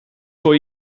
voor